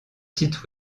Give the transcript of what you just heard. sites